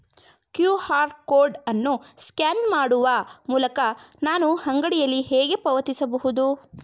QR code ಅನ್ನು scan ಮಾಡುವ ಮೂಲಕ ನಾನು ಅಂಗಡಿಯಲ್ಲಿ ಹೇಗೆ ಪಾವತಿಸಬಹುದು?